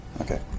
okay